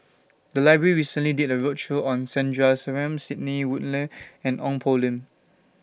The Library recently did A roadshow on Sandrasegaran Sidney Woodhull and Ong Poh Lim